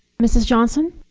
mrs. johnson.